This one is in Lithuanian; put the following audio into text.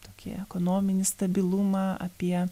tokį ekonominį stabilumą apie